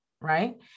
right